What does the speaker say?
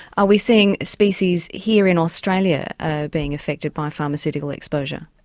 are we seeing species here in australia being affected by pharmaceutical exposure?